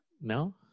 No